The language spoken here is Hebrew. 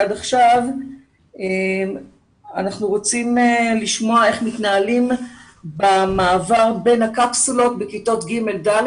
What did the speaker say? אנחנו רוצים לשמוע איך מתנהלים במעבר בין הקפסולות בכיתות ג'-ד',